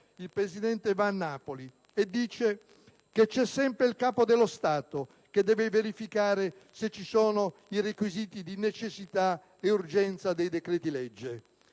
il Presidente va a Napoli e dice che c'è sempre il Capo dello Stato che deve verificare se ci sono i requisiti di necessità e urgenza dei decreti‑legge;